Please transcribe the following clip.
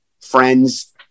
friends